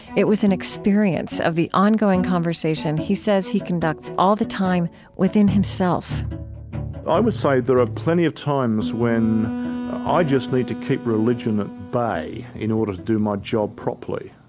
it was an experience of the ongoing conversation he says he conducts all the time within himself i would say there are plenty of times when ah i just need to keep religion at bay in order to do my job properly.